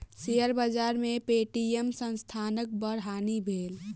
share बाजार में Paytm संस्थानक बड़ हानि भेल